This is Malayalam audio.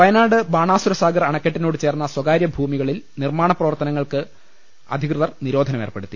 വയനാട് ബാണാസുരസാഗർ അണക്കെട്ടിനോട് ചേർന്ന സ്വകാര്യ ഭൂമികളിൽ നിർമ്മാണപ്രവർത്തനങ്ങൾക്ക് അധികൃതർ നിരോധനം ഏർപ്പെടുത്തി